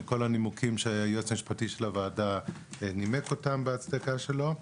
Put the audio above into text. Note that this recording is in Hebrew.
מכל הנימוקים שהיועץ המשפטי של הוועדה נימק בהצדקה שלו.